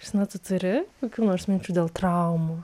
kristina tu turi kokių nors minčių dėl traumų